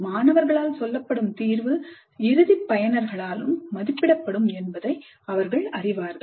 மாணவர்களால் சொல்லப்படும் தீர்வு இறுதி பயணர்களாலும் மதிப்பிடப்படும் என்பதை அவர்கள் அறிவார்கள்